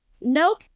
Nope